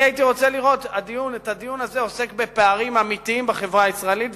אני הייתי רוצה לראות את הדיון הזה עוסק בפערים אמיתיים בחברה הישראלית,